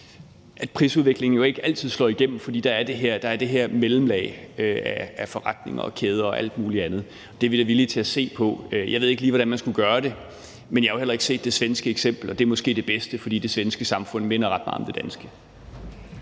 at prisudviklingen jo ikke altid slår igennem, fordi der er det her mellemlag af forretninger og kæder og alt muligt andet. Det er vi da villige til at se på. Jeg ved ikke lige, hvordan man skulle gøre det, men jeg har jo heller ikke set det svenske eksempel, og det er måske det bedste, fordi det svenske samfund minder ret meget om det danske.